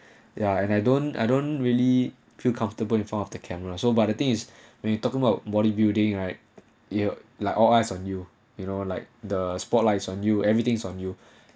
yeah and I don't I don't really feel comfortable in front of the camera so but the thing is when you talking about bodybuilding right you know like all eyes on you you know like the spotlight is on you everything's on you